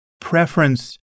preference